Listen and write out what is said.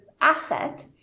asset